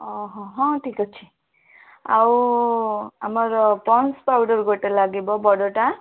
ଅହ ହଁ ଠିକ୍ ଅଛି ଆଉ ଆମର ପନ୍ସ ପାଉଡ଼ର୍ ଗୋଟେ ଲାଗିବ ବଡ଼ଟା